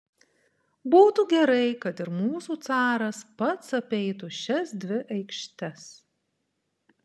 būtų gerai kad ir mūsų caras pats apeitų šias dvi aikštes